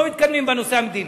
לא מתקדמים בנושא המדיני.